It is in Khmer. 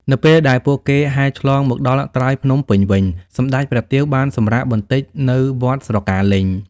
នៅពេលដែលពួកគេហែលឆ្លងមកដល់ត្រើយភ្នំពេញវិញ សម្តេចព្រះទាវបានសម្រាកបន្តិចនៅវត្តស្រកាលេញ។